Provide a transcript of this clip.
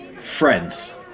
Friends